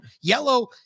yellow